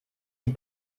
die